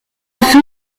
feu